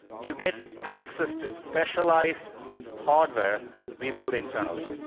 you get access to specialized hardware we build internally.